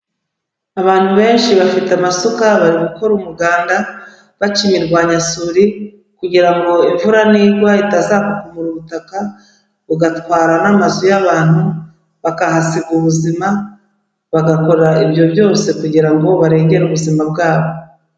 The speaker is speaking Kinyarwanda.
Abantu benshi bafite amasuka bari gukora umuganda, baca imirwanyasuri, kugira ngo imvura nigwa itazakurura ubutaka, bugatwara n'amazu y'abantu, bakahasiga ubuzima, bagakora ibyo byose kugira ngo barengere ubuzima bwabo.